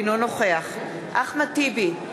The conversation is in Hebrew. אינו נוכח אחמד טיבי,